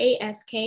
ASK